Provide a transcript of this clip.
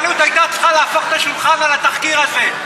אבל רבנות ראשית הייתה צריכה להפוך את השולחן על הדבר הזה.